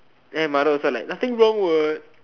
then my mother was like nothing wrong what